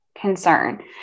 concern